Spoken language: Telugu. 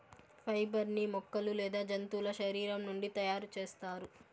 ఫైబర్ ని మొక్కలు లేదా జంతువుల శరీరం నుండి తయారు చేస్తారు